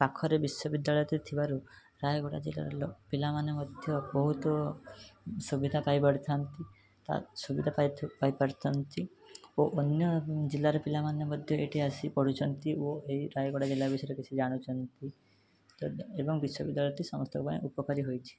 ପାଖରେ ବିଶ୍ବବିଦ୍ୟାଳୟଟେ ଥିବାରୁ ରାୟଗଡ଼ା ଜିଲ୍ଲାର ପିଲାମାନେ ମଧ୍ୟ ବହୁତ ସୁବିଧା ପାଇପାରିଥାନ୍ତି ସୁବିଧା ପାଇପାରିଥାନ୍ତି ଓ ଅନ୍ୟ ଜିଲ୍ଲାର ପିଲାମାନେ ମଧ୍ୟ ଏଠି ଆସି ପଢ଼ୁଛନ୍ତି ଓ ଏହି ରାୟଗଡ଼ା ଜିଲ୍ଲା ବିଷୟରେ କିଛି ଜାଣୁଛନ୍ତି ଏବଂ ବିଶ୍ବବିଦ୍ୟାଳୟଟି ସମସ୍ତଙ୍କ ପାଇଁ ଉପକାରୀ ହୋଇଛି